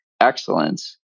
excellence